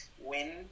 win